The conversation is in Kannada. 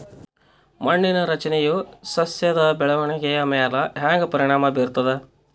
ಮಣ್ಣಿನ ರಚನೆಯು ಸಸ್ಯದ ಬೆಳವಣಿಗೆಯ ಮ್ಯಾಲ ಹ್ಯಾಂಗ ಪರಿಣಾಮ ಬೀರ್ತದ?